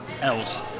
else